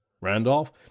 randolph